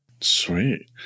Sweet